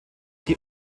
die